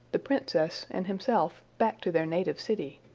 the princess, and himself, back to their native city.